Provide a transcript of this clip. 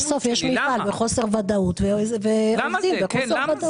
בסוף יש מפעל בחוסר ודאות ועובדים בחוסר ודאות.